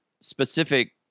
specific